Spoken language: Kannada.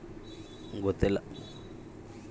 ಹವಾಮಾನ ಬೆಳೆಗಳ ಮೇಲೆ ಹೇಗೆ ಪರಿಣಾಮ ಬೇರುತ್ತೆ?